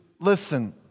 listen